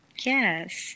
Yes